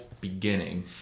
beginning